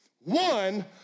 One